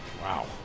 Wow